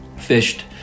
fished